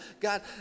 God